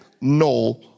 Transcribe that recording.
no